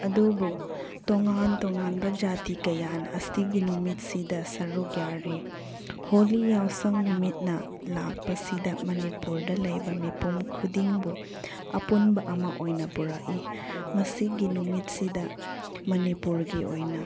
ꯑꯗꯨꯕꯨ ꯇꯣꯉꯥꯟ ꯇꯣꯉꯥꯟꯕ ꯖꯥꯇꯤ ꯀꯌꯥꯅ ꯑꯁꯤꯒꯤ ꯅꯨꯃꯤꯠꯁꯤꯗ ꯁꯔꯨꯛ ꯌꯥꯔꯤ ꯍꯣꯂꯤ ꯌꯥꯎꯁꯪ ꯅꯨꯃꯤꯠꯅ ꯂꯥꯛꯄꯁꯤꯗ ꯃꯅꯤꯄꯨꯔꯗ ꯂꯩꯕ ꯃꯤꯄꯨꯝ ꯈꯨꯗꯤꯡꯕꯨ ꯑꯄꯨꯟꯕ ꯑꯃ ꯑꯣꯏꯅ ꯄꯨꯔꯛꯏ ꯃꯁꯤꯒꯤ ꯅꯨꯃꯤꯠꯁꯤꯗ ꯃꯅꯤꯄꯨꯔꯒꯤ ꯑꯣꯏꯅ